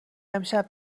امشب